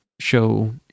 show